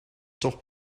toch